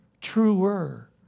truer